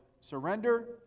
surrender